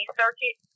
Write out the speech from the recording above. circuit